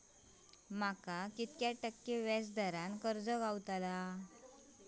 माका किती टक्के व्याज दरान कर्ज गावतला?